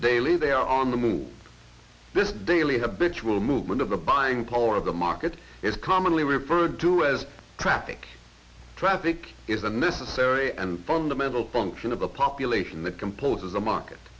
daily they are on the move this daily habitual movement of the buying power of the market it's commonly referred to as traffic traffic is a necessary and fundamental function of a population th